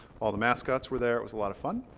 all the mascots were there it was a lot of fun.